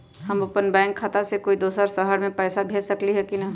हम अपन बैंक खाता से कोई दोसर शहर में पैसा भेज सकली ह की न?